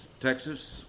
Texas